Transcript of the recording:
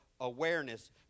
awareness